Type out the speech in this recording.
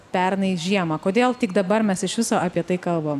pernai žiemą kodėl tik dabar mes iš viso apie tai kalbam